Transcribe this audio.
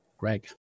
Greg